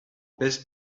best